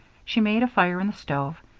she made a fire in the stove,